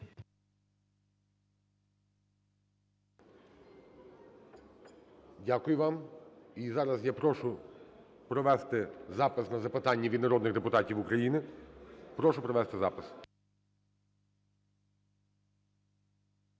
Дякую вам. І зараз я прошу провести запис на запитання від народних депутатів України. Прошу провести запис.